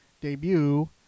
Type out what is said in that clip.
debut